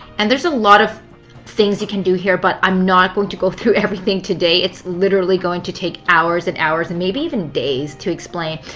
and there's a lot of things you can do here but i am not going to go through everything today. it's literally going to take hours and hours and maybe even days to explain.